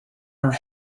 her